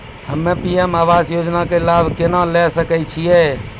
हम्मे पी.एम आवास योजना के लाभ केना लेली सकै छियै?